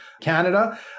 Canada